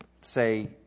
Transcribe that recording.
say